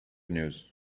news